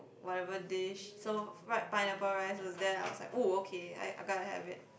whatever dish so fried pineapple rice was there I was like oh okay I I gonna have it